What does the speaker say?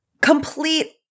complete